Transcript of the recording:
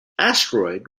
asteroid